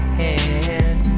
hand